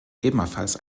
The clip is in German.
ebenfalls